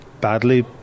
badly